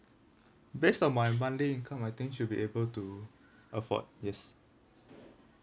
base on my monthly income I think should be able to afford yes